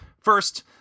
First